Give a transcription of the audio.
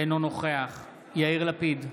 אינו נוכח יאיר לפיד,